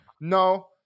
No